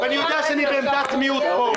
ואני יודע שאני בעמדת מיעוט פה.